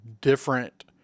different